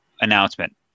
announcement